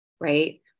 Right